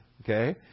Okay